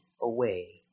away